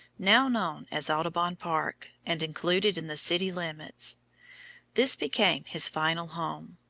now known as audubon park, and included in the city limits this became his final home.